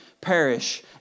perish